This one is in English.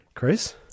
Chris